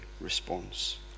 response